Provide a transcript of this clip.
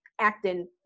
acting